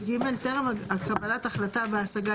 (ג) טרם קבלת החלטה בהשגה,